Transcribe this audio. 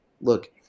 Look